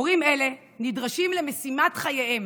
הורים אלה נדרשים למשימת חייהם,